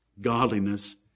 godliness